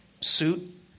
suit